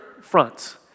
fronts